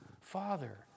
Father